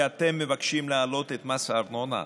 ואתם מבקשים להעלות את מס הארנונה?